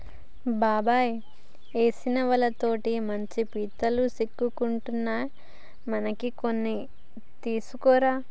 బాబాయ్ ఏసిన వలతో మంచి పీతలు సిక్కుకున్నాయట మనకి కొన్ని తీసుకురా